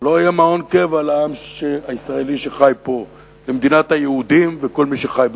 לא יהיה מעון קבע לעם הישראלי שחי פה במדינת היהודים ולכל מי שחי בתוכה.